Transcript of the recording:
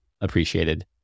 appreciated